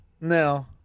No